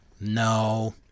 No